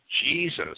Jesus